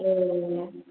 औ